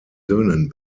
söhnen